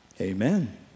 Amen